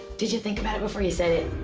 did you think about it before you said it?